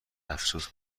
افسوس